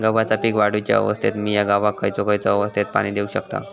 गव्हाच्या पीक वाढीच्या अवस्थेत मिया गव्हाक खैयचा खैयचा अवस्थेत पाणी देउक शकताव?